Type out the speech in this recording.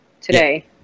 today